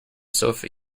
sofa